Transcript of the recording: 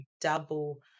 double